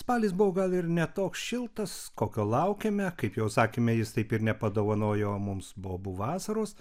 spalis buvo gal ir ne toks šiltas kokio laukėme kaip jau sakėme jis taip ir nepadovanojo mums bobų vasaros